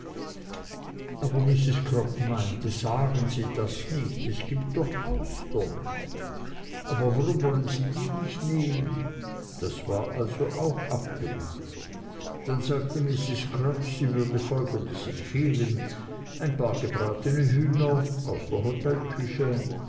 mrs crupp meinte sagen sie das nicht es gibt doch austern warum wollen sie die nicht nehmen das war also auch abgemacht dann sagte mrs crupp sie würde folgendes empfehlen ein paar gebratene hühner aus der